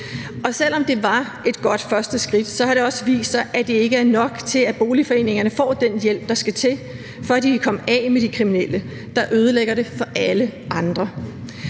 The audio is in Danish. Og selv om det var et godt første skridt, har det også vist sig, at det ikke er nok til, at boligforeningerne får den hjælp, der skal til, for at de kan komme af med de kriminelle, der ødelægger det for alle andre.